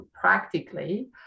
practically